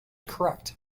correct